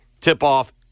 tip-off